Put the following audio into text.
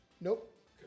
Nope